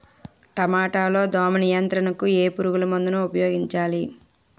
టమాటా లో దోమ నియంత్రణకు ఏ పురుగుమందును ఉపయోగించాలి?